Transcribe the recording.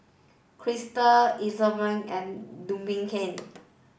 Crystal Isobel and Duncan